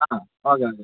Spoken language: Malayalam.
ആ ഓക്കെ ഓക്കെ